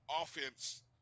offense